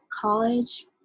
college